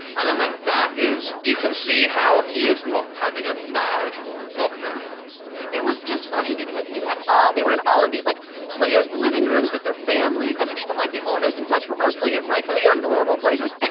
i don't like that is you can see how he is not and having a bad lockdown it was just funny because you had all they were in all of these, like, players living rooms with their families. i mean, even like the owners and such were mostly unlike your normal places,